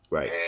Right